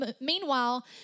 Meanwhile